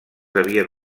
havien